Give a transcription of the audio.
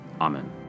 Amen